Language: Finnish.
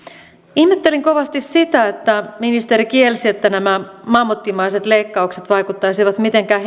ihmettelin kovasti sitä että ministeri kielsi että nämä mammuttimaiset leikkaukset vaikuttaisivat mitenkään